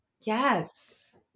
Yes